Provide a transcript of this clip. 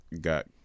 got